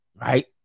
right